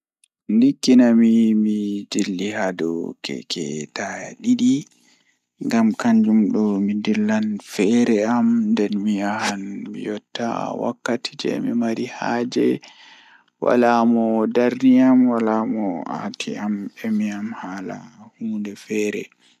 Ndikkinami mi dilli haa dow keke taya didi ngam kanjum do mi dillan feere am nden mi yahan mi yotta wakkati jei mi mari haaje wala mo darni am walamo aati am haala hunde feere.